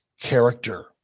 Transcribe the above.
character